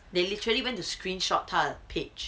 they literally went to screenshot 他的 page